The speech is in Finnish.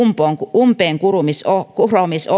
umpeenkuromisohjelman